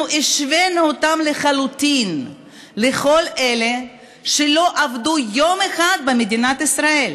אנחנו השווינו אותם לחלוטין לכל אלה שלא עבדו יום אחד במדינת ישראל.